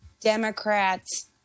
Democrats